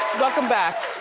welcome back.